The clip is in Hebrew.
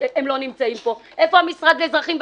שינויי רגולציה,